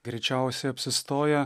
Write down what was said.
greičiausia apsistoja